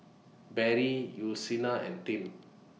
Barry Yussila and Tim